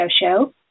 show